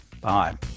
Bye